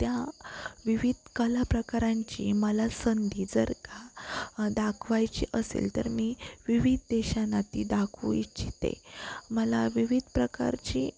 त्या विविध कला प्रकारांची मला संधी जर का दाखवायची असेल तर मी विविध देशांना ती दाखवू इच्छिते मला विविध प्रकारची